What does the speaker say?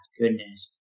goodness